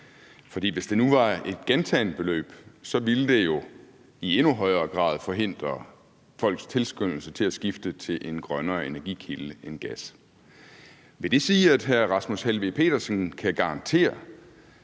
for hvis det nu var et tilbagevendende beløb, ville det jo i endnu højere grad forhindre folks tilskyndelse til at skifte til en grønnere energikilde end gas. Vil det sige, at hr. Rasmus Helveg Petersen kan garantere,